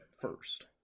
first